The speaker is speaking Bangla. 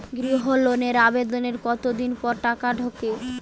গৃহ লোনের আবেদনের কতদিন পর টাকা ঢোকে?